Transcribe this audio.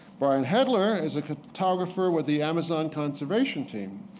brian hettler is a cartographer with the amazon conservation team.